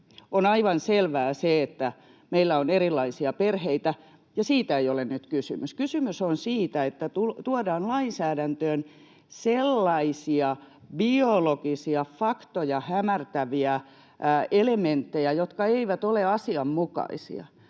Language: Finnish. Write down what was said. on aivan selvää se, että meillä on erilaisia perheitä, ja siitä ei ole nyt kysymys. Kysymys on siitä, että tuodaan lainsäädäntöön sellaisia biologisia faktoja hämärtäviä elementtejä, jotka eivät ole asianmukaisia,